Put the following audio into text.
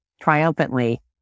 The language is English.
triumphantly